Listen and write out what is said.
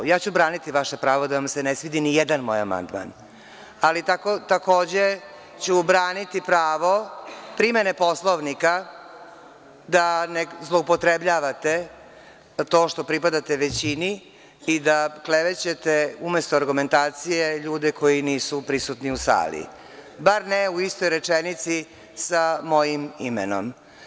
Ja ću braniti vaše pravo da vam se ne svidi ni jedan moj amandman, ali takođe ću braniti pravo primene Poslovnika da ne zloupotrebljavate to što pripadate većini i da klevećete, umesto argumentacije, ljude koji nisu prisutni u sali, bar ne u istoj rečenici sa mojim imenom.